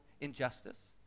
injustice